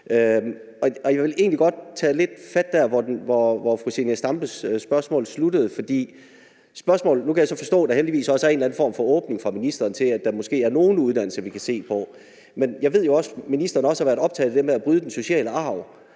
jeg vil egentlig godt tage lidt fat der, hvor fru Zenia Stampes spørgsmål sluttede. Nu kan jeg så forstå, at der heldigvis er en eller anden form for åbning fra ministerens side i forhold til, at der måske er nogle uddannelser, vi kan se på. Men jeg ved jo også, at ministeren har været optaget af det med at bryde den sociale arv,